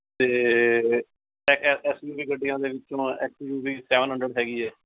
ਅਤੇ S U V ਗੱਡੀਆਂ ਦੇ ਵਿੱਚੋਂ X U V seven hundred ਹੈਗੀ ਹੈ